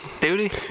duty